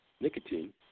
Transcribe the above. nicotine